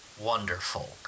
Wonderful